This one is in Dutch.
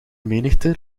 menigte